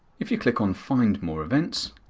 if you click on find more events,